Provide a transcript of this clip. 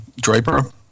Draper